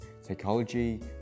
psychology